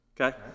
okay